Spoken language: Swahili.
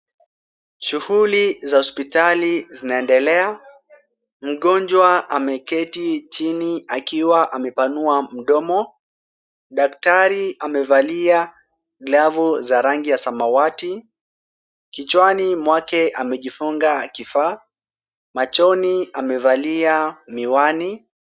Shughuli za hospitali zinaendelea. Mgonjwa ameketi chini akiwa amepanua mdomo. Daktari amevalia glavu za rangi ya samawati. Kichwani mwake amejifunga kifaa. Machoni amevalia miwani.